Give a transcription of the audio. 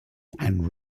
and